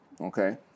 okay